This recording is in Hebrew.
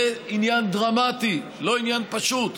זה עניין דרמטי, לא עניין פשוט,